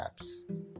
apps